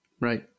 Right